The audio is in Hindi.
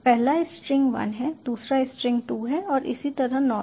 पहला स्ट्रिंग 1 है दूसरा स्ट्रिंग 2 है और इसी तरह 9 तक